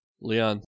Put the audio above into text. Leon